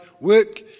work